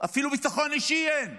אפילו ביטחון אישי אין.